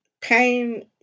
pain